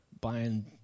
buying